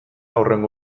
hurrengo